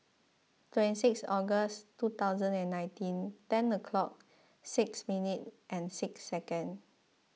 twenty six August two thousand and nineteen ten o'clock six minutes and six seconds